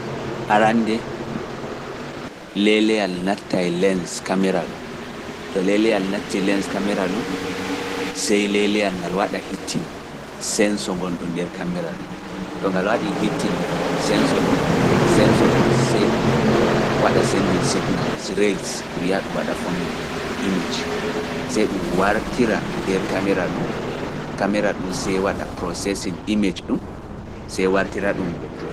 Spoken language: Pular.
Arannde leleyal nattay darorde kamera ɗum, to leleyal natti lens kamera ɗum, sey leleyal ngal hoda dow senso gonɗum nder kamera ɗum, to ngal hodi dow senso ɗum, senso ɗum sey ɗum nelda signal, sai ɗum yaa ɗum waɗa foomin image, sey ɗum wartira nder kamera ɗum, kamera ɗum sey waɗa processin image ɗum, sey wartira ɗum naatal bodngal.